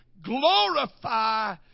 Glorify